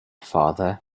father